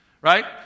right